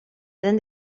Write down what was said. then